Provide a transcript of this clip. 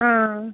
आं